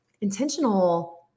Intentional